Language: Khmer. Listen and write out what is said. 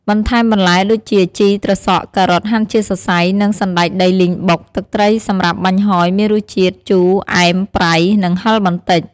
បន្ថែមបន្លែដូចជា ជី ត្រសក់ ការ៉ុតហាន់ជាសរសៃ និងសណ្ដែកដីលីងបុក ទឹកត្រីសម្រាប់បាញ់ហ៊យមានរសជាតិជូរ អែម ប្រៃ និងហឹរបន្តិច។